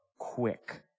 quick